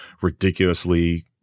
ridiculously